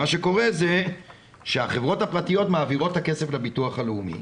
מה שקורה הוא שהחברות הפרטיות מעבירות את הכסף לביטוח הלאומי.